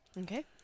Okay